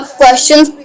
questions